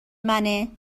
منه